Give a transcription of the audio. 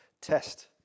test